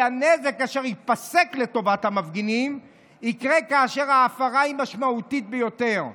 כי הנזק אשר ייפסק לטובת המפגינים יקרה כאשר ההפרה היא משמעותית ביותר.